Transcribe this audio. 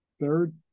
third